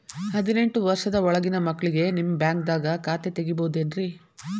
ಹದಿನೆಂಟು ವರ್ಷದ ಒಳಗಿನ ಮಕ್ಳಿಗೆ ನಿಮ್ಮ ಬ್ಯಾಂಕ್ದಾಗ ಖಾತೆ ತೆಗಿಬಹುದೆನ್ರಿ?